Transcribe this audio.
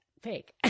fake